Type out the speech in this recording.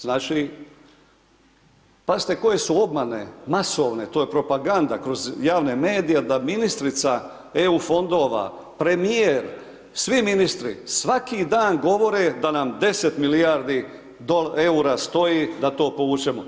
Znači, pazite koje su obmane, masovne, to je propaganda, kroz javne medije da ministrica EU fondova, premijer, svi ministri svaki dan govore da nam 10 milijardi EUR-a stoji da to povučemo.